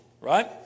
right